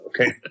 okay